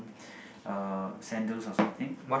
uh sandals or something